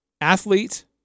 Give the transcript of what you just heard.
athlete